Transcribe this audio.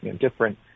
different